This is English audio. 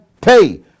pay